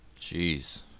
Jeez